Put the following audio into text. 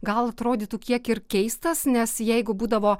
gal atrodytų kiek ir keistas nes jeigu būdavo